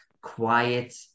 quiet